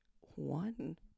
one